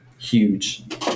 huge